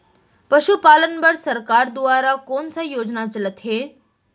पशुपालन बर सरकार दुवारा कोन स योजना चलत हे?